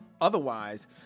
otherwise